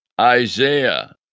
Isaiah